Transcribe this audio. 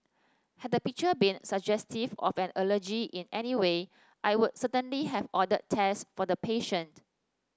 had the picture been suggestive of an allergy in any way I would certainly have ordered tests for the patient